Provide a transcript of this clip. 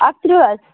اَکہٕ تٕرٛہ حظ